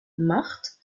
marthe